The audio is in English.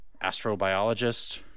astrobiologist